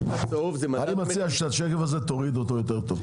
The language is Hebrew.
אני מציע שהשקף הזה, תוריד אותו, יותר טוב.